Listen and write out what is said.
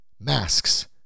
masks